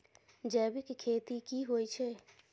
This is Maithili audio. जैविक खेती की होए छै?